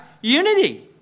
unity